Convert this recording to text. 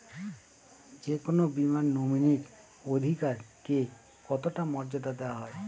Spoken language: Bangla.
যে কোনো বীমায় নমিনীর অধিকার কে কতটা মর্যাদা দেওয়া হয়?